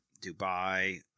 dubai